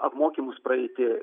apmokymus praeiti